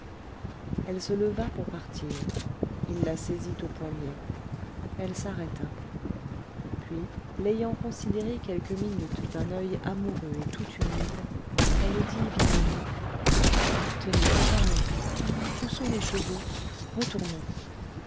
elle se leva pour partir il la saisit au poignet elle s'arrêta puis l'ayant considéré quelques minutes d'un oeil amoureux et tout humide elle dit vivement ah tenez n'en parlons plus où sont les chevaux retournons